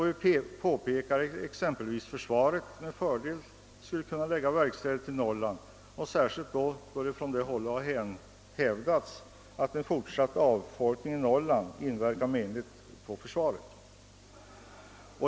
Vi påpekar att exempelvis försvaret med fördel kunde förlägga verkstäder till Norrland, särskilt då det från det hållet hävdats att en fortsatt avfolkning av Norrland inverkar menligt på försvaret.